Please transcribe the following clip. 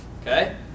okay